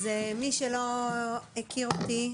אז למי שלא הכיר אותי,